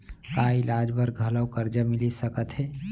का इलाज बर घलव करजा मिलिस सकत हे?